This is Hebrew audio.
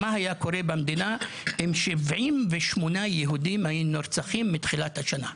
מה היה קורה במדינה אם 78 יהודים היו נרצחים מתחילת השנה,